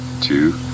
two